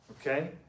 Okay